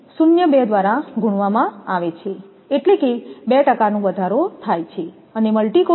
02 દ્વારા ગુણવામાં આવે છે એટલે કે 2 ટકાનો વધારો થાય છે અને મલ્ટિ કોર કેબલમાં ફરી 1